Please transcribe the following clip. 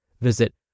Visit